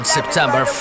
September